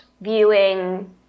viewing